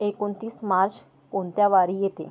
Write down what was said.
एकोणतीस मार्च कोणत्या वारी येते